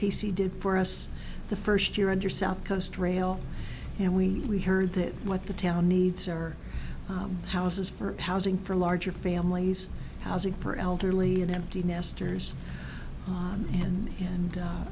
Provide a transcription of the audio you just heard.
c did for us the first year under south coast rail and we heard that what the town needs are houses for housing for larger families housing for elderly and empty nesters and